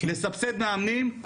לסבסד מאמנים,